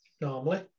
normally